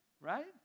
right